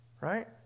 Right